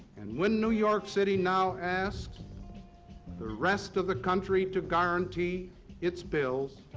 and when new york city now asks the rest of the country to guarantee its bills,